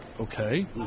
okay